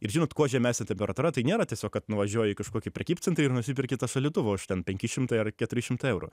ir žinot kuo žemesnė temperatūra tai nėra tiesiog kad nuvažiuoji į kažkokį prekybcentrį ir nusiperki tą šaldytuvą už ten penki šimtai ar keturi šimtai eurų